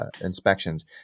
inspections